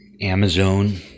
Amazon